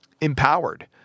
empowered